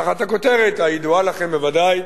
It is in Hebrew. תחת הכותרת הידועה לכם בוודאי,